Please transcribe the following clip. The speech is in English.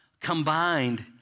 combined